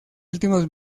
últimos